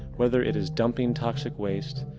whether it is dumping toxic waste,